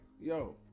yo